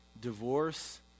Divorce